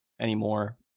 anymore